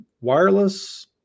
wireless